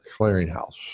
Clearinghouse